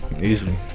Easily